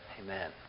amen